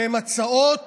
שהן הצעות